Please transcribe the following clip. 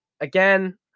Again